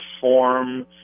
form